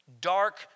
dark